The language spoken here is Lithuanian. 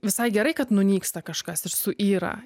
visai gerai kad nunyksta kažkas ir suyra